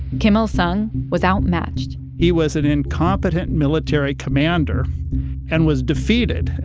kim il sung was outmatched he was an incompetent military commander and was defeated,